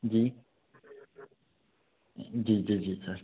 जी जी जी जी सर